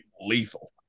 lethal